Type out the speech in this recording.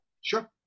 Sure